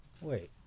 Wait